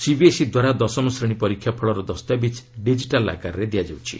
ସିବିଏସ୍ଇଦ୍ୱାରା ଦଶମ ଶ୍ରେଣୀ ପରୀକ୍ଷା ଫଳର ଦସ୍ତାବିଜ୍ ଡିକିଟାଲ୍ ଆକାରରେ ଦିଆଯାଉଛି